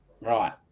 Right